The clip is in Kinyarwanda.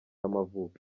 y’amavuko